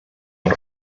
els